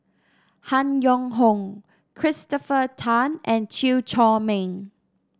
Han Yong Hong Christopher Tan and Chew Chor Meng